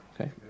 Okay